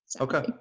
Okay